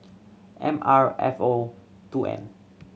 M R F O two N